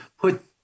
put